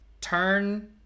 Turn